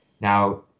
Now